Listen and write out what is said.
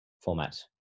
format